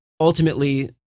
ultimately